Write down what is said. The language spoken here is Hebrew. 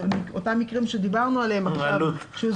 אותם מקרים שדיברנו עליהם עכשיו שהוזכרו.